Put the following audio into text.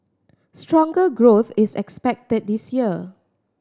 stronger growth is expected this year